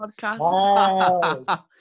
podcast